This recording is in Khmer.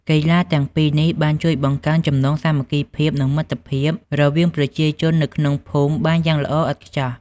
កីឡាទាំងពីរនេះបានជួយបង្កើនចំណងសាមគ្គីភាពនិងមិត្តភាពរវាងប្រជាជននៅក្នុងភូមិបានយ៉ាងល្អឥតខ្ចោះ។